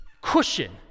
cushion